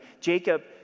Jacob